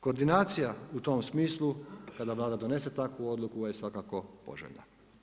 Koordinacija u tom smislu, kada Vlada donese takvu odluku je svako poželjna.